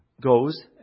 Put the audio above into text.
goes